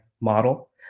model